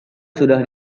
sudah